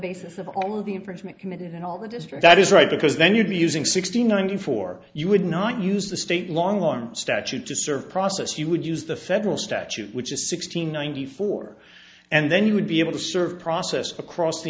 basis of all of the infringement committed and all the district that is right because then you'd be using sixty nine for you would not use the state long on statute to serve process you would use the federal statute which is sixteen ninety four and then you would be able to serve process across the